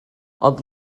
ond